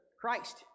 christ